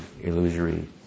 illusory